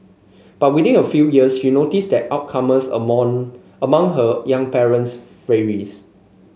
but within a few years she noticed that outcomes among among her young patients varies